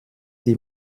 die